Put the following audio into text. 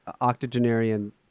octogenarian